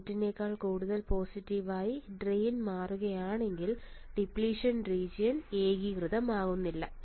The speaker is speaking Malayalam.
ഗേറ്റിനേക്കാൾ കൂടുതൽ പോസിറ്റീവ് ആയി ഡ്രെയി മാറുകയാണെങ്കിൽ ഡിപ്ലിഷൻ റീജിയൻ ഏകീകൃതമാകില്ല